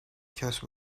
کسب